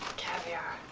caviar.